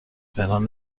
پنهان